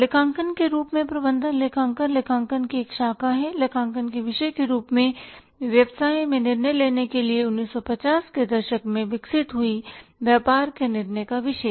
लेखांकन के रूप में प्रबंधन लेखांकन लेखांकन की एक शाखा है लेखांकन के विषय के रूप में व्यवसाय मैं निर्णय लेने के लिए 1950 के दशक में विकसित हुआ व्यापार के निर्णय का विषय